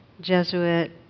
Jesuit